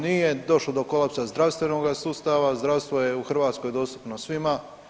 Nije došlo do kolapsa zdravstvenoga sustava, zdravstvo je u Hrvatskoj dostupno svima.